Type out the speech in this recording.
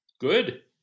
Good